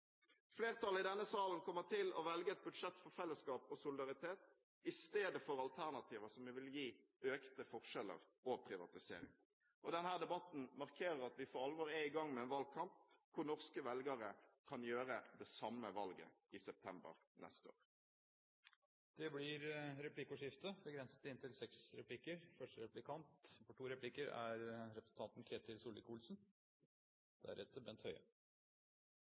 Flertallet i denne salen kommer til å velge et budsjett for fellesskap og solidaritet istedenfor alternativer som vil gi økte forskjeller og privatisering. Denne debatten markerer at vi for alvor er i gang med en valgkamp, og norske velgere kan gjøre det samme valget som oss i september neste år. Det blir replikkordskifte. Representanten var opptatt av klima. Det er